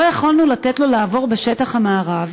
לא יכולנו לתת לו לעבור בשטח המארב,